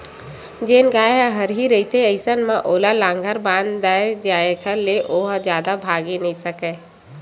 जेन गाय ह हरही रहिथे अइसन म ओला लांहगर बांध दय जेखर ले ओहा जादा भागे नइ सकय